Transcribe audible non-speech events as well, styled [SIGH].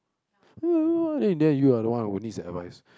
[NOISE] why in the end you I don't want who needs your advice